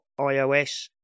iOS